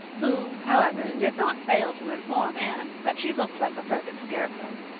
who, however, did not fail to inform anne that she looked like a perfect scarecrow.